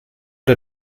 der